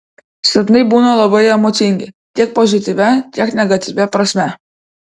sapnai būna labai emocingi tiek pozityvia tiek negatyvia prasme